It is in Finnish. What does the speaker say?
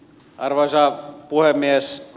arvoisa puhemies